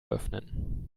öffnen